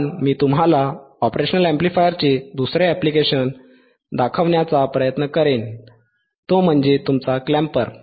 पण मी तुम्हाला ऑपरेशनल अॅम्प्लिफायरचे दुसरे ऍप्लिकेशन दाखवण्याचा प्रयत्न करेन तो म्हणजे तुमचा क्लॅम्पर